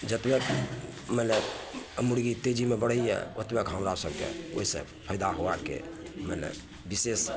जतबे मने मुर्गी तेजीमे बढ़ैए ओतबे हमरा सबके ओहि से फायदा होयबाक मने बिशेष